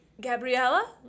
Gabriella